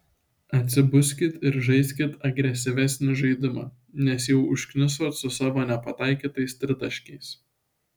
atsibuskit ir žaiskit agresyvesnį žaidimą nes jau užknisot su savo nepataikytais tritaškiais